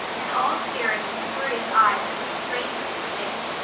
and all staring with curious eyes at this stranger in their midst,